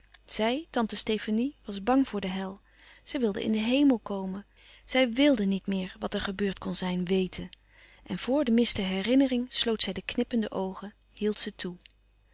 zij tante stefanie was bang voor de hel zij wilde in den hemel komen zij wlde niet meer wat er gebeurd kon zijn weten en voor den mist der herinnering sloot zij de knippende oogen hield ze toe